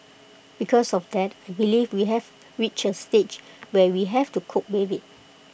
because of that I believe we have reached A stage where we have to cope with IT